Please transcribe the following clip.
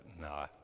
No